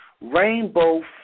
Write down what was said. rainbow